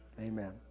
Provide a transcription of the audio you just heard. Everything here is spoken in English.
Amen